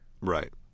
Right